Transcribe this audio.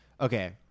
Okay